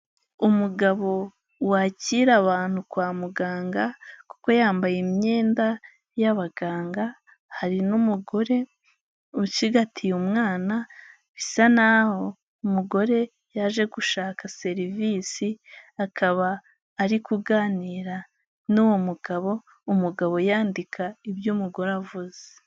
Umugabo wakira abantu kwa muganga kuko yambaye imyenda y'abaganga, hari n'umugore ucigatiye umwana bisa naho umugore yaje gushaka serivisi akaba ari kuganira n'uwo mugabo, umugabo yandika ibyo umugore avuze.